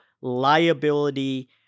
liability